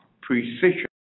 precision